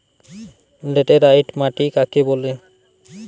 Laterite মাটি কাকে বলে?